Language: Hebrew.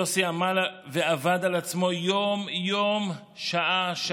יוסי עמל ועבד על עצמו יום-יום, שעה-שעה.